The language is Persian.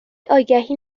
آگهی